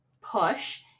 push